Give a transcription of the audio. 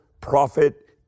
prophet